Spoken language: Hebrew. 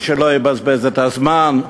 ולא יבזבז את הזמן,